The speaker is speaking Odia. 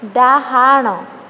ଡାହାଣ